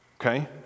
okay